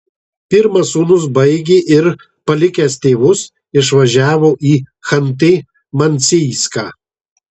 pirmas sūnus baigė ir palikęs tėvus išvažiavo į chanty mansijską